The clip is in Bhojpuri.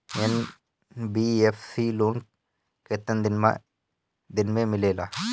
एन.बी.एफ.सी लोन केतना दिन मे मिलेला?